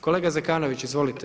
Kolega Zekanović, izvolite.